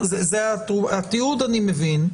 את התיעוד אני מבין.